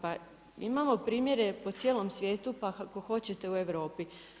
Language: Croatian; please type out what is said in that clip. Pa imamo primjere po cijelom svijetu, pa ako hoćete u Europi.